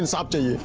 and updates